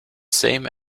same